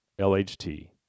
LHT